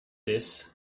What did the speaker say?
this